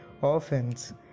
orphans